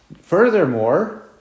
Furthermore